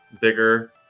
bigger